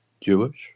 jewish